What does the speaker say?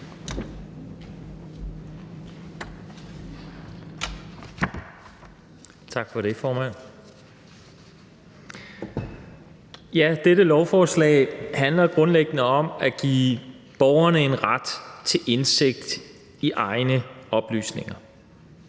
Tak for det, formand. Dette lovforslag handler grundlæggende om at give borgerne en ret til indsigt i egne oplysninger.